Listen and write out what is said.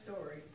story